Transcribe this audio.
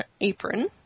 apron